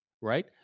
Right